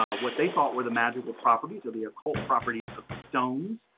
um what they thought were the magical properties, or the occult properties of stones,